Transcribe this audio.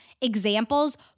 examples